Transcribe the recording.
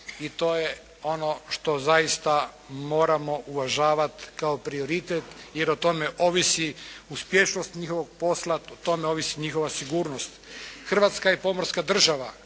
i to je ono što zaista moramo uvažavati kao prioritet jer o tome ovisi uspješnost mirovnog posla, o tome ovisi njihova sigurnost. Hrvatska je pomorska država,